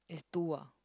is two ah